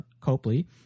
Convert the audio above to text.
Copley